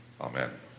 Amen